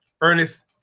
Ernest